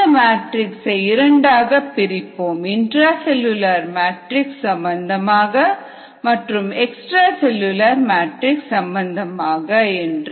இந்த மேட்ரிக்ஸ் சை இரண்டாக பிரிப்போம் இந்ட்ரா செல்லுலார் மேட்ரிக்ஸ் சம்பந்தமாக எக்ஸ்ட்ரா செல்லுலார் மேட்ரிக்ஸ் சம்பந்தமாக என்று